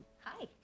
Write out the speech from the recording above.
Hi